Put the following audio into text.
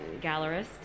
gallerist